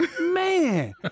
Man